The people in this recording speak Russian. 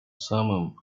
самым